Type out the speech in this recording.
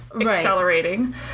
accelerating